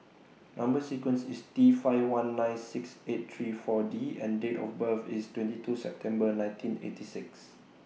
Number sequence IS T five one nine six eight three four D and Date of birth IS twenty two September nineteen eighty six